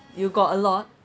you got a lot